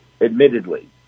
admittedly